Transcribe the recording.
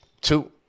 two